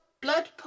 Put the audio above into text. blood